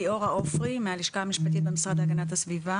ליאורה עופרי מהלשכה המשפטית במשרד להגנת הסביבה.